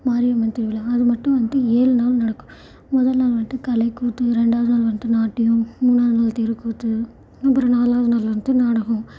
மாரியம்மன் திருவிழா அது மட்டும் வந்துட்டு ஏழு நாள் நடக்கும் முத நாள் வந்துட்டு கலை கூத்து இரண்டாவது நாள் வந்துட்டு நாட்டியம் மூணாவது நாள் தெருக்கூத்து அப்புறம் நாலாவது நாள் வந்துட்டு நாடகம்